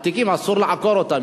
עתיקים, אסור לעקור אותם.